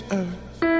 earth